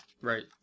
Right